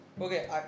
Okay